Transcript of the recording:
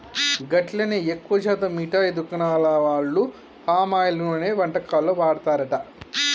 గట్లనే ఎక్కువ శాతం మిఠాయి దుకాణాల వాళ్లు పామాయిల్ నూనెనే వంటకాల్లో వాడతారట